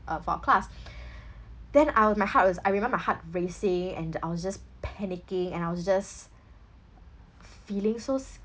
um for our class then I was my heart was I remember heart racing and I was just panicking and I was just feeling so